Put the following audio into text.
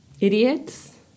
Idiots